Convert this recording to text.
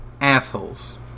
assholes